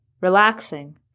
relaxing